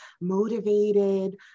motivated